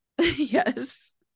yes